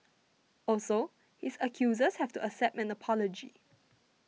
also his accusers have to accept an apology